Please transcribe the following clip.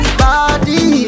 body